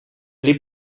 liep